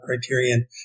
Criterion